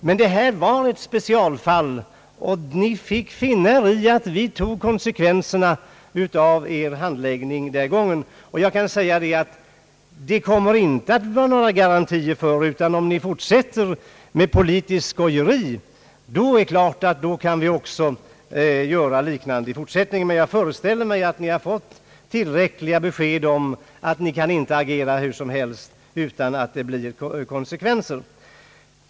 Men det här var ett specialfall, och ni fick finna er i att vi tog konsekvenserna av er handläggning den gången. Men vi kan inte lämna några garantier. Om ni fortsätter med politiskt skojeri är det klart att vi kan göra något liknande i fortsättningen, men jag föreställer mig att ni fått tillräckliga besked om att ni inte kan agera hur som helst utan att det får konsekvenser.